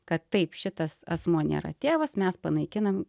kad taip šitas asmuo nėra tėvas mes panaikinam